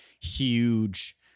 huge